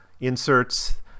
inserts